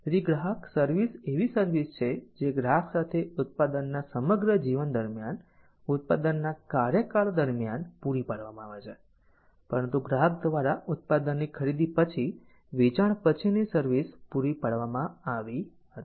તેથી ગ્રાહક સર્વિસ એવી સર્વિસ છે જે ગ્રાહક સાથે ઉત્પાદનના સમગ્ર જીવન દરમ્યાન ઉત્પાદનના કાર્યકાળ દરમિયાન પૂરી પાડવામાં આવે છે પરંતુ ગ્રાહક દ્વારા ઉત્પાદનની ખરીદી પછી વેચાણ પછીની સર્વિસ પૂરી પાડવામાં આવી હતી